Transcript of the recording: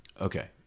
Okay